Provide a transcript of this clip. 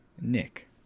nick